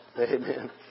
Amen